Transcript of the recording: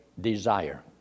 desire